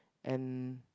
and